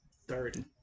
Third